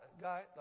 guy